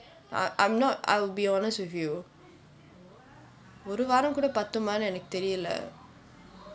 I I'm not I'll be honest with you ஒரு வாரம் கூட பாத்தும்மா எனக்கு தெரியில்லே:oru vaaram kuda pathummaa enakku theriyillae